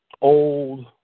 old